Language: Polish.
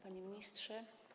Panie Ministrze!